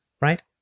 right